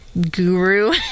guru